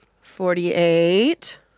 Forty-eight